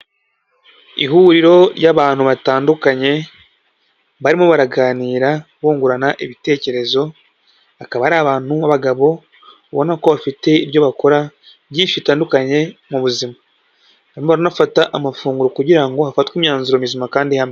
Ihuriro ry'abantu batandukanye, barimo baraganira bungurana ibitekerezo, akaba ari abantu b'abagabo ubona ko bafite ibyo bakora byinshi bitandukanye mu buzima, barimo baranafata amafunguro kugira ngo hafatwe imyanzuro mizima kandi ihamye.